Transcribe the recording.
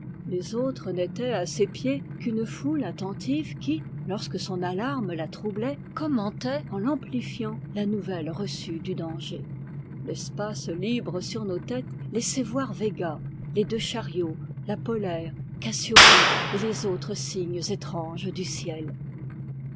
les autres n'étaient à ses pieds qu'une foule attentive qui lorsque son alarme la troublait commentait en l'amplifiant la nouvelle reçue du danger l'espace libre sur nos têtes laissait voir vega les deux chariots la polaire cassiopée et les autres signes étranges du ciel